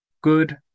good